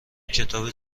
کتاب